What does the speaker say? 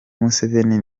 museveni